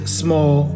small